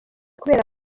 kubera